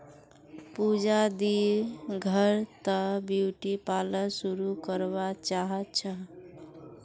पूजा दी घर त ब्यूटी पार्लर शुरू करवा चाह छ